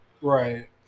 Right